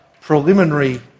preliminary